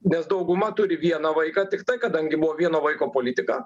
nes dauguma turi vieną vaiką tiktai kadangi buvo vieno vaiko politika